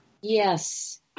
Yes